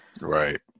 Right